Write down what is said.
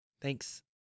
Thanks